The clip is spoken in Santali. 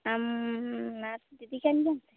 ᱟᱢ ᱱᱟᱨᱥ ᱫᱤᱫᱤ ᱠᱟᱱ ᱜᱮᱭᱟᱢ